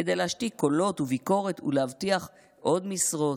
כדי להשתיק קולות וביקורת ולהבטיח עוד משרות,